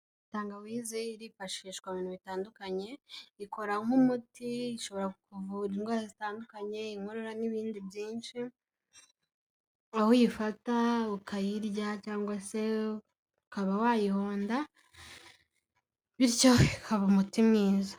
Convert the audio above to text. Tangawize irifashishwa mu ibintu bitandukanye ikora nk'umuti, ishobora kuvura indwara zitandukanye inkorora n'ibindi byinshi, aho uyifata ukayirya cyangwa se ukaba wayihonda, bityo ikaba umuti mwiza.